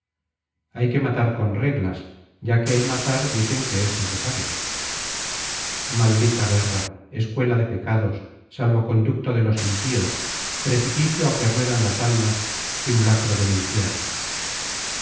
hay que matar con reglas ya que el matar dicen que es necesario maldita guerra escuela de pecados salvoconducto de los impíos precipicio a que ruedan las almas simulacro del infierno